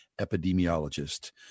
epidemiologist